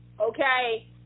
Okay